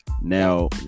Now